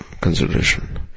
consideration